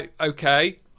Okay